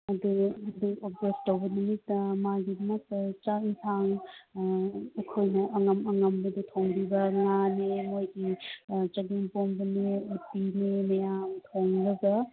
ꯑꯗꯣ ꯑꯗꯨꯝ ꯑꯣꯕꯖꯥꯞ ꯇꯧꯕ ꯅꯨꯃꯤꯠꯇ ꯃꯥꯒꯤꯗꯃꯛꯇ ꯆꯥꯛ ꯑꯦꯟꯁꯥꯡ ꯑꯩꯈꯣꯏꯅ ꯑꯉꯝ ꯑꯉꯝꯕꯗꯣ ꯊꯣꯡꯕꯤꯕ ꯉꯥꯅꯦ ꯃꯣꯏꯒꯤ ꯆꯒꯦꯝꯄꯣꯝꯕꯅꯦ ꯎꯇꯤꯅꯦ ꯃꯌꯥꯝ ꯊꯣꯡꯂꯒ